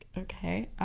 okay, ah,